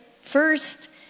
first